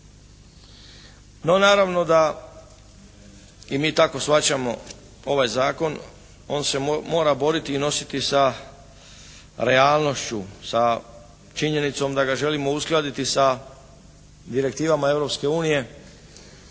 No naravno da i mi tako shvaćamo ovaj zakon. On se mora boriti i nositi sa realnošću, sa činjenicom da ga želimo uskladiti sa direktivama Europske